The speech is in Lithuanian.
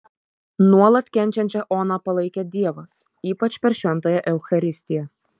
nuolat kenčiančią oną palaikė dievas ypač per šventąją eucharistiją